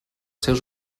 seus